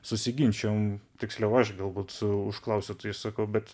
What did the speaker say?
susiginčijom tiksliau aš galbūt su užklausiau tai sakau bet